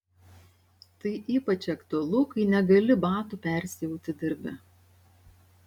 tai ypač aktualu kai negali batų persiauti darbe